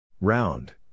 Round